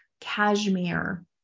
cashmere